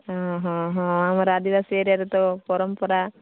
ହଁ ହଁ ହଁ ଆମର ଆଦିବାସୀ ଏରିଆରେ ତ ପରମ୍ପରା